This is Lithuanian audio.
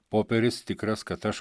poperis tikras kad aš